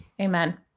Amen